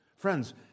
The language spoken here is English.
Friends